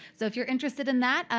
so if you're interested in that,